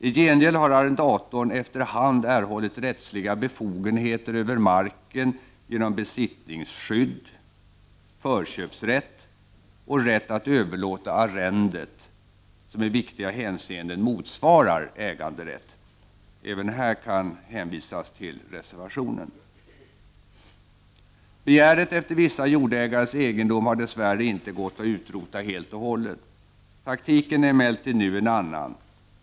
I gengäld har arrendatorn efter hand erhållit rättsliga befogenheter över marken genom besittningsskydd, förköpsrätt och rätt att överlåta arrendet som i viktiga hänseenden motsvarar äganderätt. Även i detta sammanhang kan man hänvisa till reservationen. Begäret efter vissa jordägares egendom har dess värre inte gått att utrota helt och hållet. Taktiken är emellertid nu en annan.